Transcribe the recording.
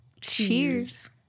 Cheers